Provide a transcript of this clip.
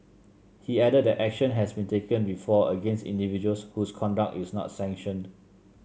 he added that action has been taken before against individuals whose conduct is not sanctioned